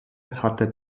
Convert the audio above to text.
hatte